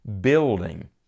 building